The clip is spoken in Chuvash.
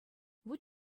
вут